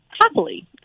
happily